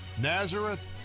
Nazareth